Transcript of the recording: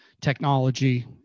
technology